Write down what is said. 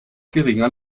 geringer